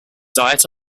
diet